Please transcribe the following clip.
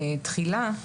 התחילה,